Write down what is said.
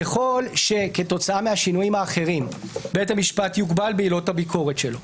ככל שכתוצאה מהשינויים האחרים בית המשפט יוגבל בעילות הביקורת שלו,